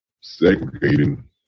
segregating